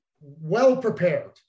well-prepared